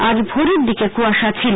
আজ ভোরের দিকে কুয়াশা ছিল